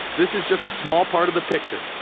this is just a small part of the picture,